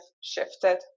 shifted